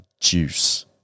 juice